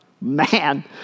Man